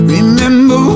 Remember